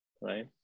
right